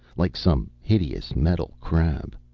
like some hideous metal crab.